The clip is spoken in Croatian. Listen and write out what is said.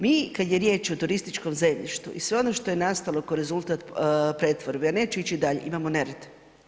Mi kad je riječ o turističkom zemljištu i sve ono što je nastalo kao rezultat pretvorbe, ja neću ići dalje, imamo nered.